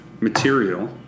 material